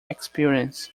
experience